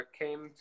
came